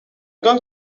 going